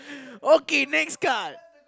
okay next card